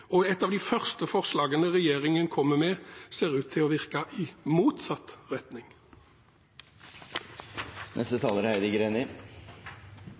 og et av de første forslagene regjeringen kommer med, ser ut til å virke i motsatt retning. Senterpartiet er